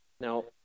Now